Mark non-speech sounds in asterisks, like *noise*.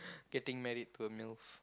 *breath* getting married to a MILF